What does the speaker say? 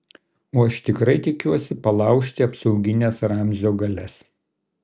o aš tikrai tikiuosi palaužti apsaugines ramzio galias